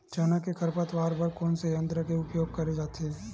चना के खरपतवार बर कोन से यंत्र के उपयोग करे जाथे?